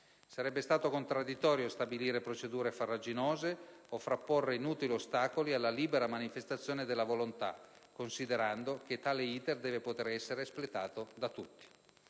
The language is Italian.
Sarebbe stato contraddittorio stabilire procedure farraginose o frapporre inutili ostacoli alla libera manifestazione della volontà, considerando che tale *iter* deve poter essere espletato da tutti.